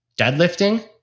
deadlifting